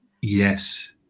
Yes